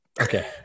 Okay